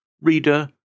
Reader